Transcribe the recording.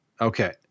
Okay